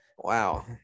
Wow